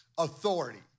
authority